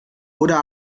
oder